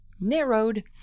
narrowed